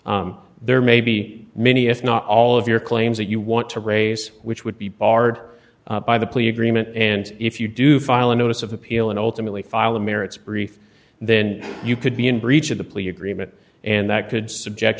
case there may be many if not all of your claims that you want to raise which would be barred by the plea agreement and if you do file a notice of appeal and ultimately file the merits brief then you could be in breach of the plea agreement and that could subject